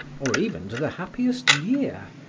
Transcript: or even to the happiest year,